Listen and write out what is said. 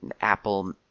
Apple